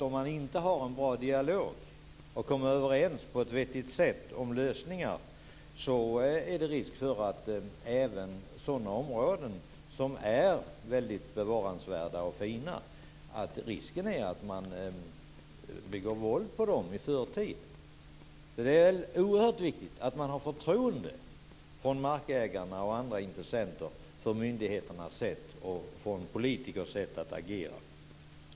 Om man inte har en bra dialog och inte kan komma överens på ett vettigt sätt om lösningar, finns det risk för att man i förtid begår våld även på sådana områden som är fina och väl värda att bevara. Det är oerhört viktigt att markägare och andra intressenter har förtroende för myndigheternas och politikernas sätt att agera.